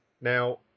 Now